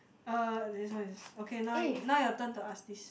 uh this one okay now now your turn to ask this